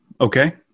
okay